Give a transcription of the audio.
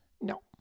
No